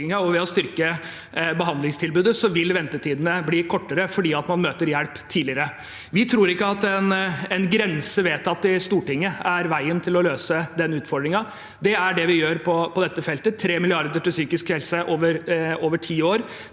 ved å styrke behandlingstilbudet vil ventetidene blir kortere fordi man møter hjelp tidligere. Vi tror ikke at en grense vedtatt i Stortinget er veien til å løse den utfordringen. Det er det vi gjør på dette feltet, 3 mrd. kr til psykiske helse over ti år.